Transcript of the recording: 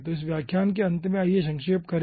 तो इस व्याख्यान के अंत में आइए संक्षेप करें